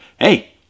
hey